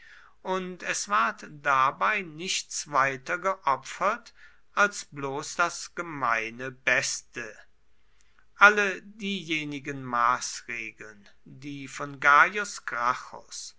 und es ward dabei nichts weiter geopfert als bloß das gemeine beste alle diejenigen maßregeln die von gaius